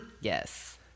Yes